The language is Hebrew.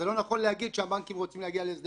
אז זה לא נכון להגיד שהבנקים רוצים להגיע להסדר.